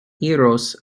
iros